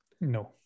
No